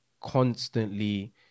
constantly